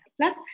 Plus